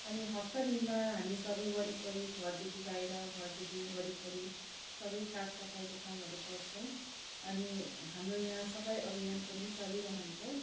अनि हप्ता दिनमा हामी सबै वरिपरि घरदेखि बाहिर घरदेखि वरिपरि सबै साफसफाइको कामहरू गर्छौँ अनि हाम्रो यहाँ सफाइ अभियान पनि चलिरहन्छ